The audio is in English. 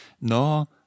no